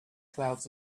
clouds